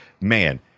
man